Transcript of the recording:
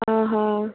ଅହ